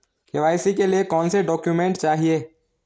KYC के लिए कौनसे डॉक्यूमेंट चाहिये?